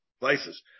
places